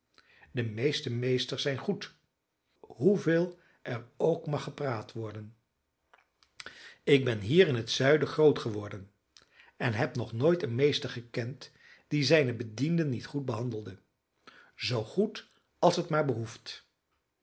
de meeste meesters zijn goed hoeveel er ook mag gepraat worden ik ben hier in het zuiden groot geworden en heb nog nooit een meester gekend die zijne bedienden niet goed behandelde zoo goed als het maar behoeft